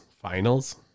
finals